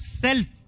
self